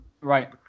Right